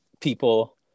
people